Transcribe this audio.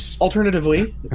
Alternatively